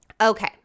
Okay